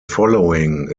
following